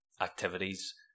activities